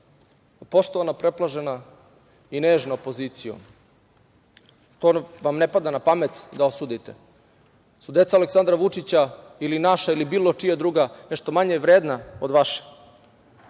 razumu. Poštovana, preplašena i nežna opozicijo, to vam ne pada na pamet da osudite. Jesu li deca Aleksandra Vučića ili naša ili bilo čija druga nešto manje vredna od naše?